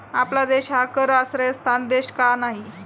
आपला देश हा कर आश्रयस्थान देश का नाही?